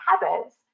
habits